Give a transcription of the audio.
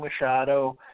Machado